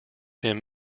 him